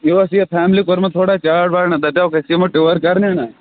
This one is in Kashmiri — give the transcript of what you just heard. یہِ اوس یہِ فیملی کوٚرمُت تھوڑا چار وار نَہ دَپاوُکھ أسۍ یِمو ٹویور کرنہِ نَہ